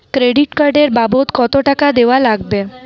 Credit card এর বাবদ কতো টাকা দেওয়া লাগবে?